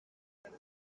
man